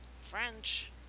French